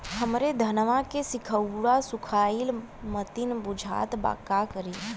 हमरे धनवा के सीक्कउआ सुखइला मतीन बुझात बा का करीं?